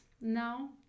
now